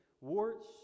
Warts